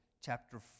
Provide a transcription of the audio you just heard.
chapter